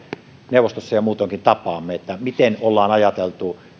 neuvostossa ja muutoinkin tapaamme että miten ollaan ajateltu